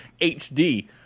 HD